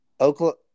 Oklahoma